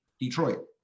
Detroit